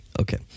okay